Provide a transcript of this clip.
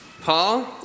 Paul